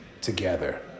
Together